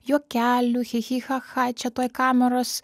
juokelių chi chi cha cha čia tuoj kameros